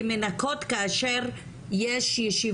אם מורידים או מפצלים אותם אז עסקים שמנוהלים על ידי נשים היו יכולים